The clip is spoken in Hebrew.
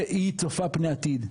והיא צופה פני עתיד,